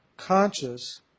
conscious